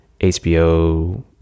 HBO